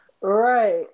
right